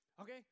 Okay